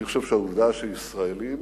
אני חושב שהעובדה שישראלים